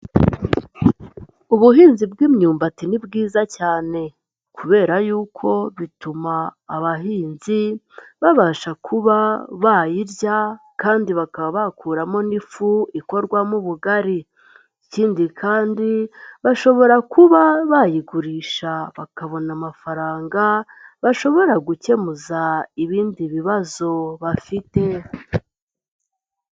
Ubuhinzi bw'imyumbati ni bwiza cyane kubera yuko bituma abahinzi babasha kuba bayirya kandi bakaba bakuramo n'ifu ikorwamo ubugari, ikindi kandi bashobora kuba bayigurisha bakabona amafaranga bashobora gukemuza ibindi bibazo bafite.